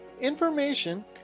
information